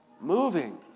moving